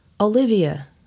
Olivia